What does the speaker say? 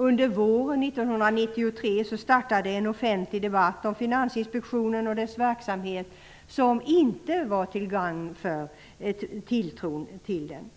Under våren 1993 startade en offentlig debatt om Finansinspektionen och dess verksamhet som inte var till gagn för tilltron till inspektionen.